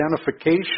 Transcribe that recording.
identification